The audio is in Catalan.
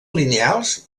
lineals